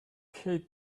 hate